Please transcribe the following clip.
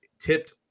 tipped